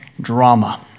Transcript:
drama